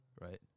right